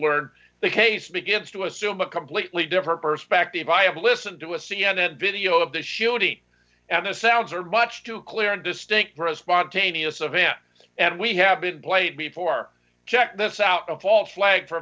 learned the case begins to assume a completely different perspective i have listened to a c n n video of the shooting and the sounds are much too clear and distinct for a spontaneous event and we have been played before check this out of false flag for